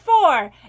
four